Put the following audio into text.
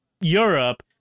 Europe